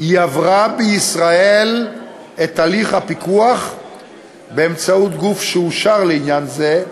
היא עברה בישראל את הליך הפיקוח באמצעות גוף שאושר לעניין זה,